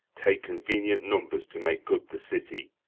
take convenient numbers to make good the city